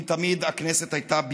אם תמיד הכנסת הייתה בימה,